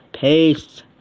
peace